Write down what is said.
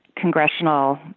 congressional